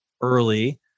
early